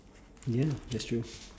ya that's true